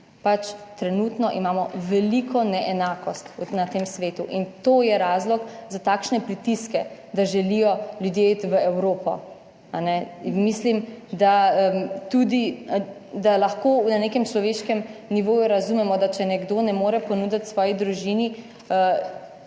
Pač trenutno imamo veliko neenakost na tem svetu in to je razlog za takšne pritiske, da želijo ljudje iti v Evropo, a ne. Mislim, da tudi, da lahko na nekem človeškem nivoju razumemo, da če nekdo ne more ponuditi svoji družini